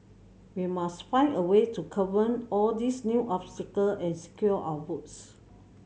we must find a way to all these new obstacle and secure our votes